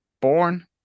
Born